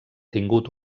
tingut